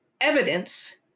evidence